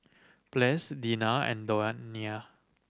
Ples Deena and Donia